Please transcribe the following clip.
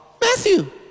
Matthew